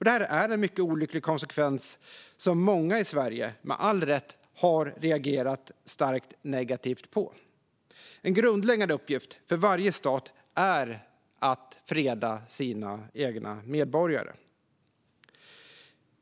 Det är en mycket olycklig konsekvens som många i Sverige, med all rätt, har reagerat starkt negativt på. En grundläggande uppgift för varje stat är att freda sina egna medborgare.